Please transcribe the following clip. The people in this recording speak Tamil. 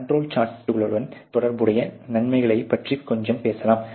கண்ட்ரோல் சார்ட்களுடன் தொடர்புடைய நன்மைகளைப் பற்றி கொஞ்சம் பேசலாம்